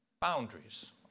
boundaries